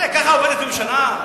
ככה עובדת ממשלה?